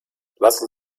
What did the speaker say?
lassen